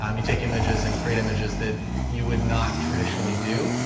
um you take images and create images that you would not traditionally do.